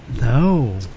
No